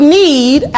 need